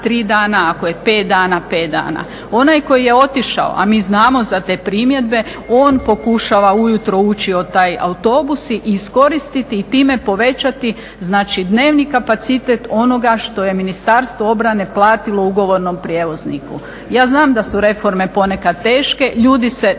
3 dana, ako je 5 dana, 5 dana. Onaj koji je otišao, a mi znamo za te primjedbe, on pokušava ujutro ući u taj autobus i iskoristiti i time povećati znači dnevni kapacitet onoga što je Ministarstvo obrane platilo ugovornom prijevozniku. Ja znam da su reforme ponekad teške, ljudi se